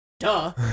duh